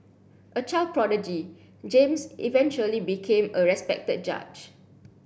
a child prodigy James eventually became a respected judge